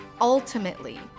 Ultimately